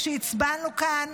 כשהצבענו כאן